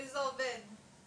עם מי לדבר זה יוצר מצוקה.